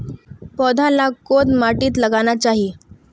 पौधा लाक कोद माटित लगाना चही?